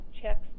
checks